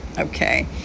Okay